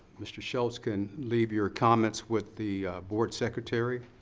mr. schultz, can leave your comments with the board secretary,